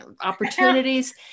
opportunities